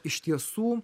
iš tiesų